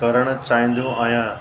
करणु चाहींदो आहियां